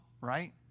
right